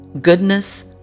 goodness